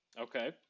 Okay